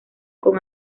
con